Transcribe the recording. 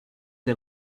des